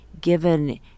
given